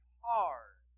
hard